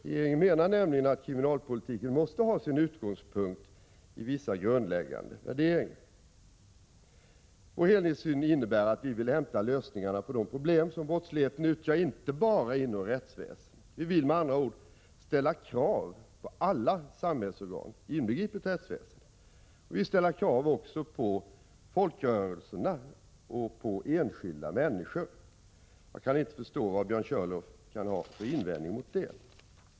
Regeringen menar nämligen att kriminalpolitiken måste ha sin utgångspunkt i vissa grundläggande värderingar. Helhetssynen innebär att vi vill hämta lösningarna på de problem som brottsligheten utgör inte bara inom rättsväsendet. Vi vill med andra ord ställa krav på alla samhällsorgan, inbegripet rättväsendet. Vi vill ställa krav också på folkrörelserna och på enskilda människor. Jag kan inte förstå vad Björn Körlof kan ha för invändning att göra mot det.